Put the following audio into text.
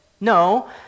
No